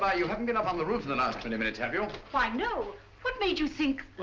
but you haven't been up on the roof in the last twenty minutes have you? why no. what made you think